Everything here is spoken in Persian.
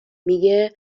میگه